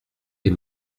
est